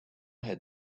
had